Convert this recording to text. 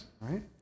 right